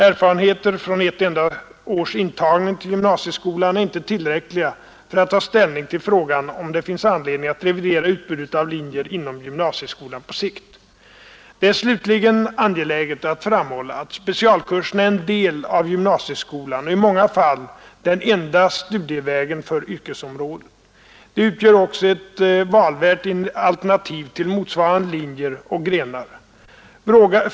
Erfarenheter från ett enda års intagning till gvmnasieskolan är inte tillräckliga för att ta ställning till frågan om det finns anledning att revidera utbudet av linjer inom gymnasieskolan på sikt. Det är slutligen angeläget att framhalla att specialkurserna är en del av gymnasieskolan och i manga fall den enda studievägen för yrkesområdet. De utgör också ett valvärt alternativ till motsvarande linjer och grenar.